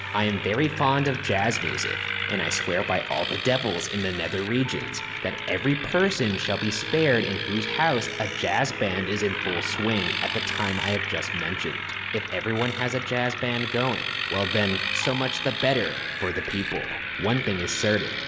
i am very fond of jazz music, and i swear by all the devils in the nether regions, that every person shall be spared in whose a ah jazz band is in full swing at the time i have just mentioned. if everyone has a jazz band going, well then, so much the better for the people. one thing is certain,